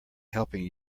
helping